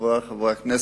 חברי חברי הכנסת,